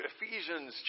Ephesians